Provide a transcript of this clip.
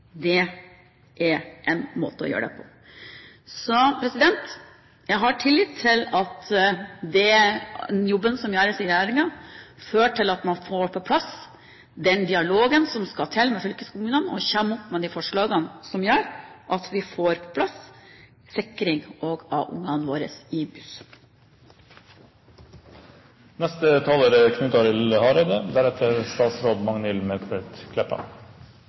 Det er en måte å gjøre det på. Jeg har tillit til at den jobben som gjøres i regjeringen, fører til at man får på plass den dialogen som skal til i fylkeskommunene, og at man kommer opp med de forslagene som gjør at vi får plass sikring også av ungene våre